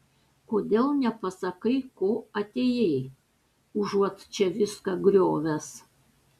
kodėl nepasakai ko atėjai užuot čia viską griovęs